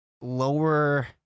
lower